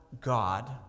God